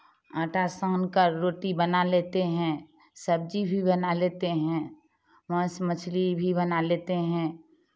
आटा सान कर रोटी बना लेते हैं सब्जी भी बना लेते हैं मांस मछली भी बना लेते हैं